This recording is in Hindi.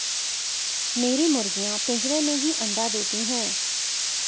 मेरी मुर्गियां पिंजरे में ही अंडा देती हैं